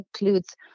includes